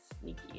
sneaky